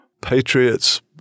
patriots